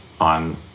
on